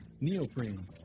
neoprene